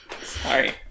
Sorry